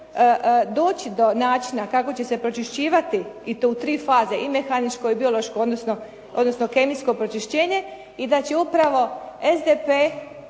doći do načina kako će se pročišćivati i to u tri faze i mehaničko i biološko, odnosno kemijsko pročišćenje i da će upravo SDP